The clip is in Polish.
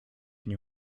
nie